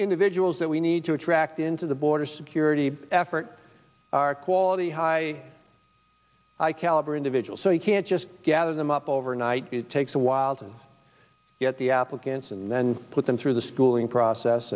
individuals that we need to attract into the border security effort by i caliber individual so you can't just gather them up overnight it takes a while to get the applicants and then put them through the schooling process